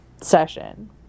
session